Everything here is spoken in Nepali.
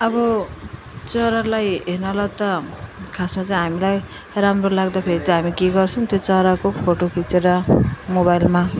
अब चरालाई हेर्नलाई त खासमा चाहिँ हामीलाई राम्रो लाग्दाखेरि चाहिँ हामी के गर्छौँ त्यो चराको फोटो खिचेर मोबाइलमा